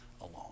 alone